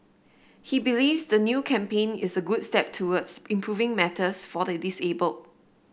he believes the new campaign is a good step towards improving matters for the disabled